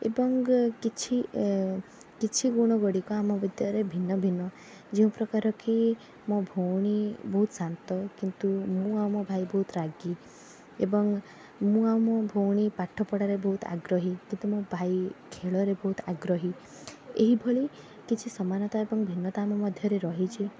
ଏବଂ କିଛି ଏ କିଛି ଗୁଣଗୁଡ଼ିକ ଆମ ଭିତେରେ ଭିନ୍ନଭିନ୍ନ ଯେଉଁ ପ୍ରକାର କି ମୋ ଭଉଣୀ ବହୁତ ଶାନ୍ତ କିନ୍ତୁ ମୁଁ ଆଉ ମୋ ଭାଇ ବହୁତ ରାଗି ଏବଂ ମୁଁ ଆଉ ମୋ ଭଉଣୀ ପାଠପଢ଼ାରେ ବହୁତ ଆଗ୍ରହୀ କିନ୍ତୁ ମୋ ଭାଇ ଖେଳରେ ବହୁତ ଆଗ୍ରହୀ ଏହିଭଳି କିଛି ସମାନତା ଏବଂ ଭିନ୍ନତା ଆମ ମଧ୍ୟରେ ରହିଛି